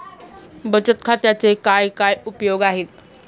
बचत खात्याचे काय काय उपयोग आहेत?